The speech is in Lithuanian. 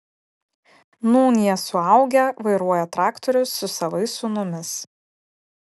nūn jie suaugę vairuoja traktorius su savais sūnumis